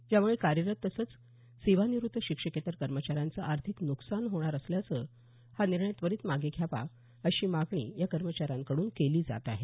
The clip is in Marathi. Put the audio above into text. यामुळे कार्यरत तसंच सेवानिवृत्त शिक्षकेतर कर्मचाऱ्यांचं आर्थिक नुकसान होणार असल्यानं हा निर्णय त्वरित मागे घ्यावा अशी मागणी या कर्मचाऱ्यांकडून केली जात आहे